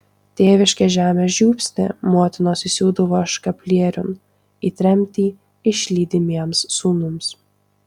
tėviškės žemės žiupsnį motinos įsiūdavo škaplieriun į tremtį išlydimiems sūnums